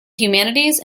humanities